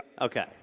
Okay